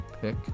pick